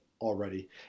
already